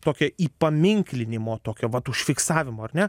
tokią įpaminklinimo tokio vat užfiksavimo ar ne